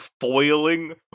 foiling